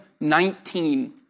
19